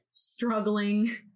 struggling